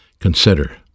consider